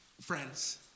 Friends